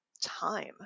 time